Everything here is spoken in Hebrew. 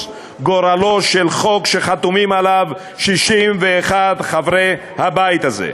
גורלו של חוק שחתומים עליו 61 חברי הבית הזה.